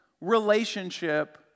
relationship